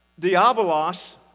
diabolos